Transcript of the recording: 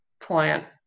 plant